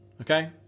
okay